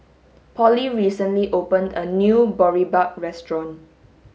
Polly recently opened a new Boribap Restaurant